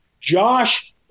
Josh